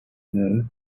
know